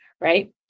right